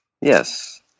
Yes